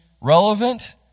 relevant